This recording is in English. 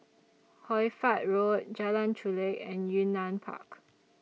Hoy Fatt Road Jalan Chulek and Yunnan Park